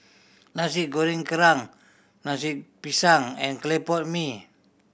Nasi Goreng Kerang nasi pisang and clay pot mee